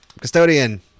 custodian